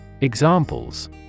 Examples